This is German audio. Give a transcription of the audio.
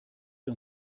wir